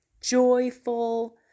joyful